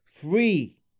free